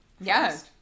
Yes